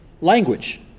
language